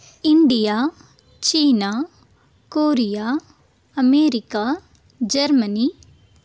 India China Korea America Germany